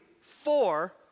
four